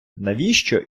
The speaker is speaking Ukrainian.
навіщо